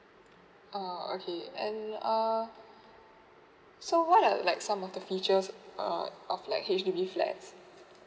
oh okay uh so I would like some of the features okay uh of like if you if you have